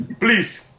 Please